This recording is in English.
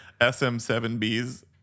SM7Bs